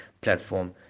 platform